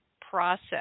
process